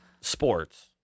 Sports